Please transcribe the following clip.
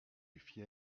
fier